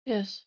Yes